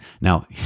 now